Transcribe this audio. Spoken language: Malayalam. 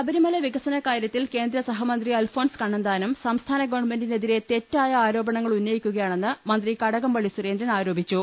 ശബരിമല വിക സന കാര്യ ത്തിൽ കേന്ദ്ര സ ഹ മന്ത്രി അൽഫോൺസ് കണ്ണന്താനം സംസ്ഥാന ഗവൺമെന്റിനെതിരെ തെറ്റായ ആരോ പണങ്ങൾ ഉന്നയിക്കു ക്യാണെന്ന് മന്ത്രി കടകംപള്ളി സുരേന്ദ്രൻ ആരോപിച്ചു